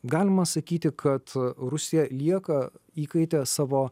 galima sakyti kad rusija lieka įkaite savo